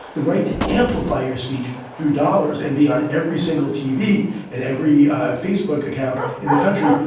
the right to amplify your speech through dollars and be on every single tv and every facebook account in the country.